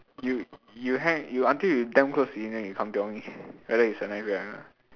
you you hang until you damn close to him then you come tell me whether he's a nice guy or not